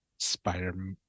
spider